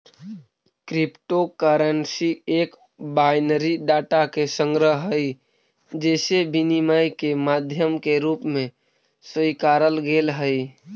crypto currency एक binary data के संग्रह हइ जेसे विनिमय के माध्यम के रूप में स्वीकारल गेले हइ